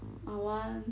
I want